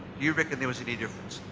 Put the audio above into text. you reckon there was any difference?